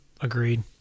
agreed